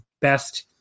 best